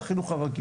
לבין החינוך הרגיל.